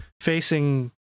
facing